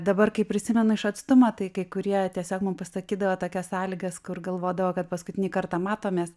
dabar kai prisimenu iš atstumo tai kai kurie tiesiog man pasakydavo tokias sąlygas kur galvodavo kad paskutinį kartą matomės